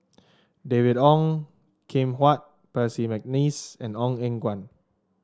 David Ong Kim Huat Percy McNeice and Ong Eng Guan